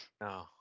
No